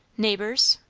neighbours?